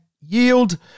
yield